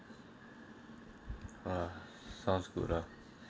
hmm sounds good lah